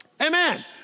Amen